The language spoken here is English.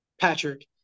Patrick